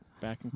back